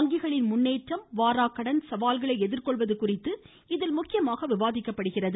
வங்கிகளின் முன்னேற்றம் வாராக்கடன் சவால்களை எதிர்கொள்வது குறித்து இதில் முக்கியமாக விவாதிக்கப்படுகிறது